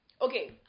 okay